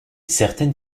certaine